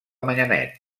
manyanet